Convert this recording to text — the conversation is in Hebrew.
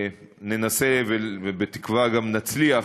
ננסה, ובתקווה גם נצליח,